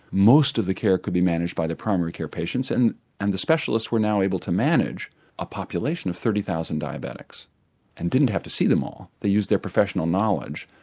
most of the care could be managed by the primary care patients and and the specialists were now able to manage a population of thirty thousand diabetics and didn't have to see them all. they used their professional knowledge,